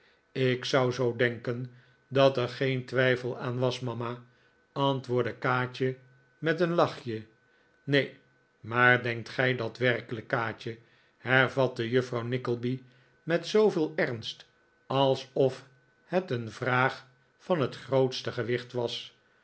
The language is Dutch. ik zou zoo denken dat er geen twijfel aan was mama antwoordde kaatje met een lachje neen maar denkt gij dat werkelijk kaatje hervatte juffrouw nickleby met zooveel ernst alsof het een vraag van het grootste gewicht was